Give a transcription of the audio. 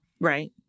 Right